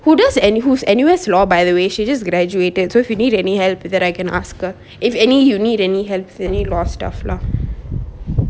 who does any whose N_U_S law by the way she just graduated so if you need any help that I can ask her if any you need any help you need law stuff lah